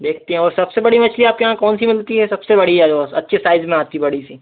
देखते हैं और सबसे बड़ी मछली आपके यहाँ कौन सी मिलती है सबसे बढ़िया जो अच्छी साइज़ में आती है बड़ी सी